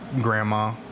grandma